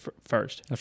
first